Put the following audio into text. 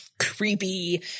creepy